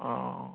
অঁ